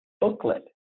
booklet